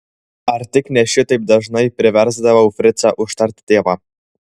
ar tik ne šitaip dažnai priversdavau fricą užtarti tėvą